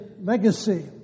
legacy